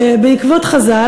בעקבות חז"ל,